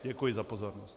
Děkuji za pozornost.